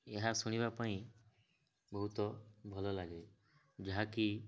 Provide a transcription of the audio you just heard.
ଏହା ଶୁଣିବା ପାଇଁ ବହୁତ ଭଲଲାଗେ ଯାହାକି